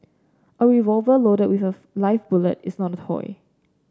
a revolver loaded with a live bullet is not a toy